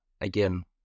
again